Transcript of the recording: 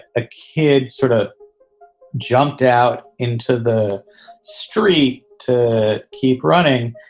a kid sort of jumped out into the street to keep running.